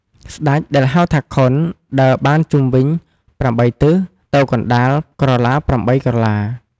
ស្ដេចដែលហៅថាខុន ដើរបានជុំវិញ ៨ទិស ទៅកណ្តាលក្រឡា ៨ក្រឡា។